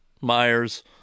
Myers